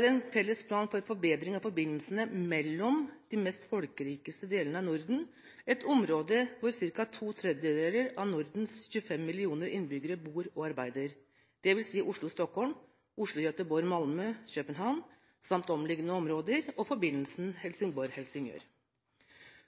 en felles plan for forbedring av forbindelsene mellom de mest folkerike deler av Norden, et område hvor ca. to tredjedeler av Nordens 25 millioner innbyggere bor og arbeider, dvs. Oslo–Stockholm, Oslo–Gøteborg–Malmø–København samt omliggende områder, og forbindelsen Helsingborg–Helsingør